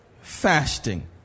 fasting